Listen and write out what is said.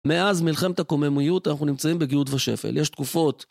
מאז מלחמת הקוממויות אנחנו נמצאים בגאות ושפל, יש תקופות.